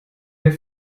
der